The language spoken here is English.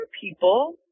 people